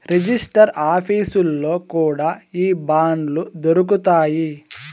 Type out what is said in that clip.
register ఆఫీసుల్లో కూడా ఈ బాండ్లు దొరుకుతాయి